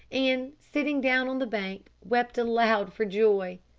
and, sitting down on the bank, wept aloud for joy.